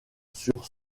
sur